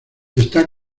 está